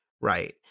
right